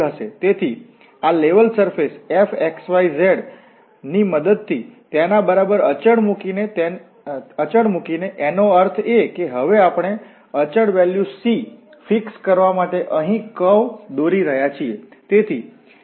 તેથી આ level surface fxyz મદદથી તેના બરાબર અચલ મુકીને એનો અર્થ એ કે આપણે હવે અચલ વેલ્યુ C ફિક્સ કરવા માટે અહીં કર્વ વળાંક દોરી રહ્યા છીએ